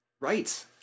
Right